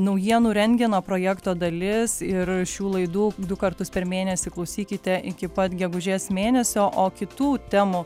naujienų rentgeno projekto dalis ir šių laidų du kartus per mėnesį klausykite iki pat gegužės mėnesio o kitų temų